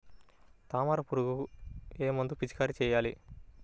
తామర పురుగుకు ఏ మందు పిచికారీ చేయాలి?